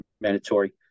mandatory